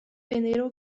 vennero